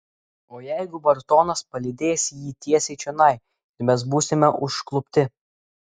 o jeigu bartonas palydės jį tiesiai čionai ir mes būsime užklupti